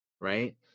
right